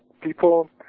people